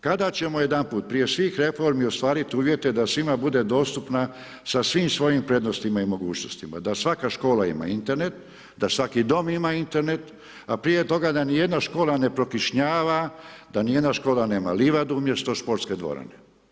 Kada ćemo jedanput prije svih reformi ostvariti uvjete da svima bude dostupna sa svim svojim prednostima i mogućnostima, da svaka škola ima internet, da svaki dom ima Internet, a prije toga, da ni jedna škola ne prokišnjava, da ni jedna škola nema livadu umjesto sportske dvorane.